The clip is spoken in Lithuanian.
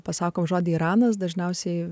pasako žodį iranas dažniausiai